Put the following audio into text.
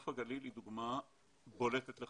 נוף הגליל היא דוגמה בולטת לכך.